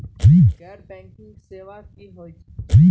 गैर बैंकिंग सेवा की होई?